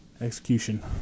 execution